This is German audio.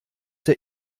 der